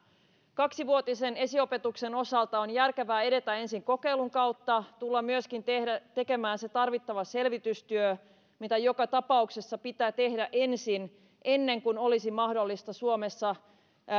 kaksivuotisen esiopetuksen osalta on järkevää edetä ensin kokeilun kautta tullaan myöskin tekemään se tarvittava selvitystyö mitä joka tapauksessa pitää tehdä ensin ennen kuin olisi mahdollista suomessa